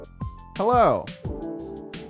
Hello